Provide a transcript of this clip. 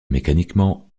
mécaniquement